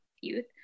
youth